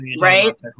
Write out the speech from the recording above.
right